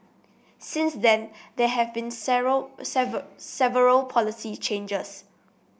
since then there had been several policy changes